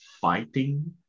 fighting